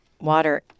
Water